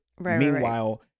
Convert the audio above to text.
meanwhile